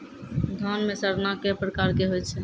धान म सड़ना कै प्रकार के होय छै?